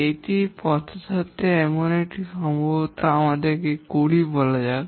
একটি পথের সাথে এটি সম্ভবত আমাদের ২০ টি বলা যাক